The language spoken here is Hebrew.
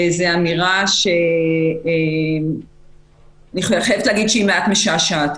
זו אמירה שהיא מעט משעשעת,